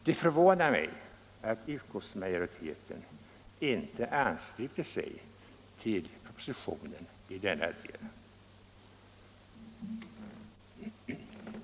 Det förvånar mig att utskottsmajoriteten inte har anslutit sig till propositionen i denna del.